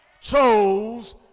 chose